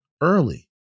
early